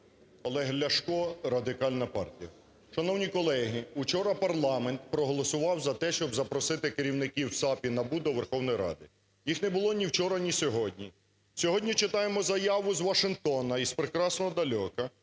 Олег Ляшко, Радикальна партія. Шановні колеги, вчора парламент проголосував за те, щоб запросити керівників САП і НАБУ до Верховної Ради. Їх не було ні вчора, ні сьогодні. Сьогодні читаємо заяву з Вашингтону із прекрасного далека,